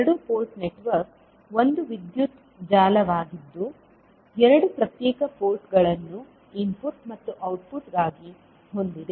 ಎರಡು port network ಒಂದು ವಿದ್ಯುತ್ ಜಾಲವಾಗಿದ್ದು ಎರಡು ಪ್ರತ್ಯೇಕ ಪೋರ್ಟ್ಗಳನ್ನು ಇನ್ಪುಟ್ಮತ್ತು ಔಟ್ಪುಟ್ಗಾಗಿ ಹೊಂದಿದೆ